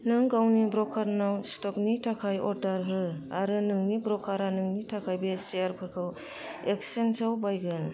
नों गावनि ब्रकारनाव स्टकनि थाखाय अर्दार हो आरो नोंनि ब्रकारा नोंनि थाखाय बे शेयारफोरखौ एक्सचेन्जाव बायगोन